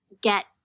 get